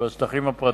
בשטחים הפרטיים.